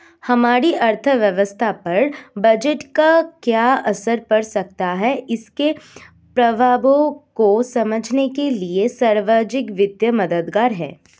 हमारी अर्थव्यवस्था पर बजट का क्या असर पड़ सकता है इसके प्रभावों को समझने के लिए सार्वजिक वित्त मददगार है